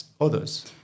others